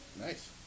Nice